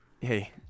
Hey